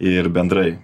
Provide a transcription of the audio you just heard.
ir bendrai